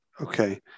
Okay